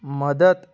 مدد